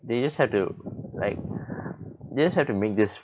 they just have to like they just have to make this